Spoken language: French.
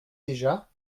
déjà